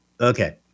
Okay